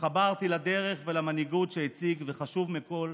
התחברתי לדרך ולמנהיגות שהציג, וחשוב מכול,